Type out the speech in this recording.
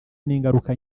n’ingaruka